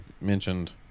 mentioned